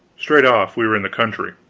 straight off, we were in the country.